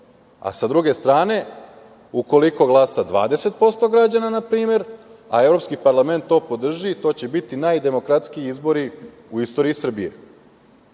Sa druge strane, ukoliko glasa 20% građana, na primer, a Evropski parlament to podrži, to će biti najdemokratskiji izbori u istoriji Srbije.